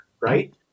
right